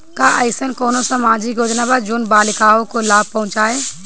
का अइसन कोनो सामाजिक योजना बा जोन बालिकाओं को लाभ पहुँचाए?